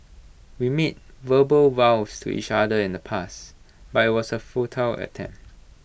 we made verbal vows to each other in the pasts but I was A futile attempt